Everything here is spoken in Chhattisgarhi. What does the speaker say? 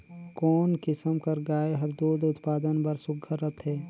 कोन किसम कर गाय हर दूध उत्पादन बर सुघ्घर रथे?